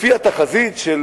לפי התחזית של